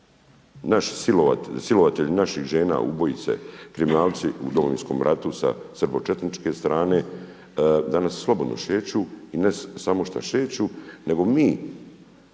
naši, silovatelji naših žena, ubojice, kriminalci u Domovinskom ratu sa srbočetničke strane danas slobodno šeću i ne samo što šeću nego mi